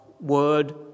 word